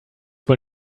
wohl